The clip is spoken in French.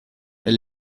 elle